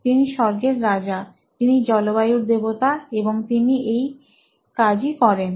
তিনি স্বর্গের রাজা তিনি জলবায়ুর দেবতা এবং তিনি এই কাজই করেন